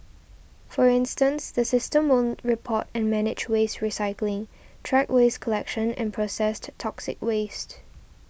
for instance the system will report and manage waste recycling track waste collection and processed toxic waste